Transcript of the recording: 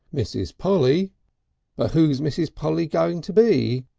mrs. polly but who's mrs. polly going to be?